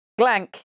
Glank